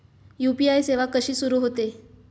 UPI सेवा कशी सुरू होते?